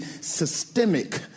systemic